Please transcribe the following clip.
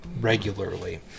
regularly